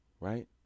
right